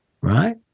Right